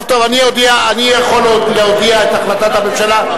טוב, אני יכול להודיע את החלטת הממשלה.